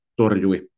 torjui